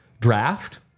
draft